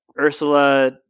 Ursula